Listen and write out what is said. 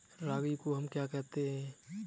रागी को हम क्या कहते हैं?